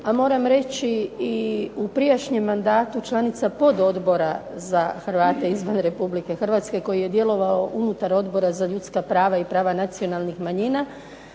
a moram reći i u prijašnjem mandatu članica pododbora za Hrvate izvan RH koji je djelovao unutar Odbora za ljudska prava i prava nacionalnih manjina,